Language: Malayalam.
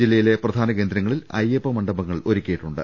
ജില്ലയിലെ പ്രധാന കേന്ദ്രങ്ങളിൽ അയ്യപ്പ മണ്ഡപങ്ങൾ ഒരുക്കിയിട്ടുണ്ട്